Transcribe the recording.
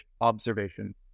observation